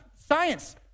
science